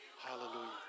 Hallelujah